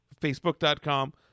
facebook.com